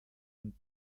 den